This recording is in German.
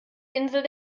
insel